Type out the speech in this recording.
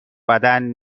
بدن